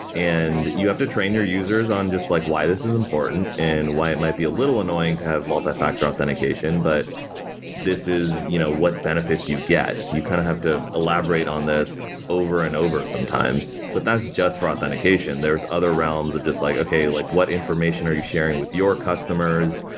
and you have to train your users on just like why this is important and why it might be a little annoying to have multifactor authentication, but this is you know what benefits you get. you kind of have to elaborate on this over and over sometimes, but that's just for authentication. there are other realms of just like, okay. like what information are you sharing with your customers?